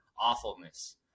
awfulness